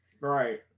right